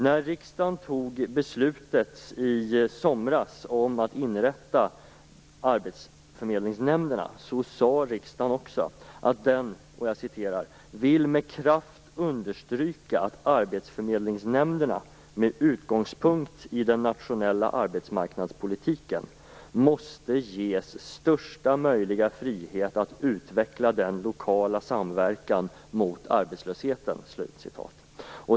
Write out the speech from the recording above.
När riksdagen fattade beslutet i somras om att inrätta arbetsförmedlingsnämnderna, sade riksdagen också att den: "vill med kraft understryka att arbetsförmedlingsnämnderna med utgångspunkt i den nationella arbetsmarknadspolitiken måste ges största möjliga frihet att utveckla den lokala samverkan mot arbetslösheten."